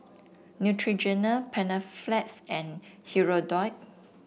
Neutrogena Panaflex and Hirudoid